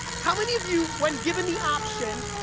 how many of you, when given the option,